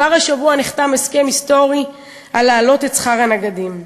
כבר השבוע נחתם הסכם היסטורי להעלאת שכר הנגדים.